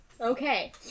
Okay